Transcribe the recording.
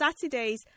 Saturdays